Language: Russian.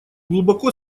глубоко